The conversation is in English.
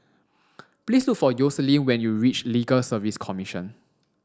please look for Yoselin when you reach Legal Service Commission